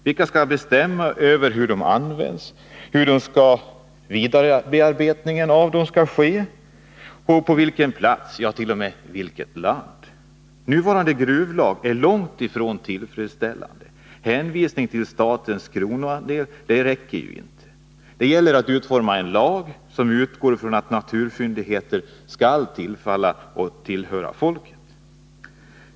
Vilka skall bestämma över hur de används och hur och på vilken plats, ja, t.o.m. i vilket land, vidarebearbetningen av råvarorna skall ske? Nuvarande gruvlag är långt ifrån tillfredsställande. Det räcker inte med en hänvisning till statens kronoandel. Det gäller att utforma en lag som utgår från att naturfyndigheter skall tillfalla och tillhöra folket.